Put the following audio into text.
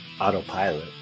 Autopilot